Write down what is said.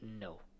no